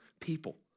people